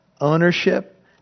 ownership